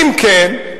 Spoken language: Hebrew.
ואם כן,